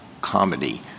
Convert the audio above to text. comedy